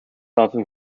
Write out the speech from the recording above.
often